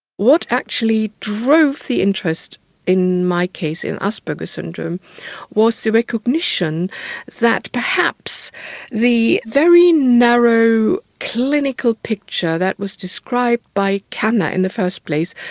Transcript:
what actually drove the interest in my case in asperger's syndrome was the recognition that perhaps the very narrow clinical picture that was described by kanner in the first place,